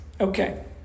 Okay